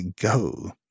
go